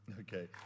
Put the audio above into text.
okay